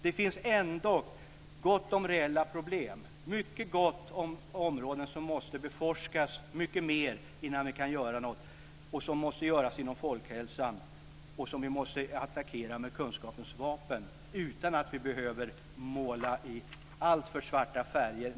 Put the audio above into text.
Det finns ändock gott om reella problem. Det är mycket gott om områden som måste utforskas mycket mer innan vi kan göra något inom folkhälsan. De måste attackeras med kunskapens vapen, utan att vi behöver måla i alltför mörka färger.